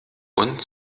und